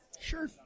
Sure